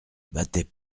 battaient